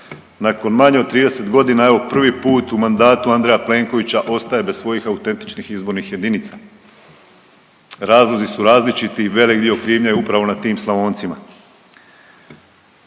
nakon manje od 30 godina evo prvi put u mandatu Andreja Plenkovića ostaje bez svojih autentičnih izbornih jedinica. Razlozi su različiti i velik dio krivnje je upravo na tim Slavoncima.